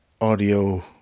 audio